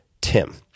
Tim